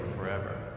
forever